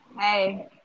Hey